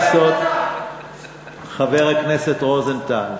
חבר הכנסת רוזנטל,